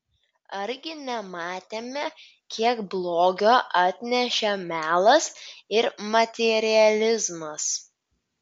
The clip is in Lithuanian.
argi nematėme kiek blogio atnešė melas ir materializmas